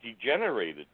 degenerated